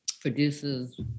produces